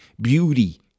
beauty